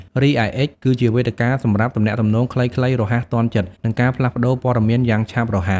រីឯ អិច គឺជាវេទិកាសម្រាប់ទំនាក់ទំនងខ្លីៗ រហ័សទាន់ចិត្ត និងការផ្លាស់ប្ដូរព័ត៌មានយ៉ាងឆាប់រហ័ស។